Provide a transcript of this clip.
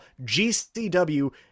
GCW